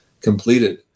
completed